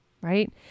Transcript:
right